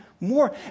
more